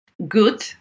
good